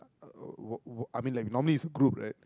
uh what what I mean like normally it's group right